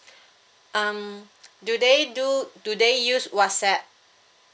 um do they do do they use whatsapp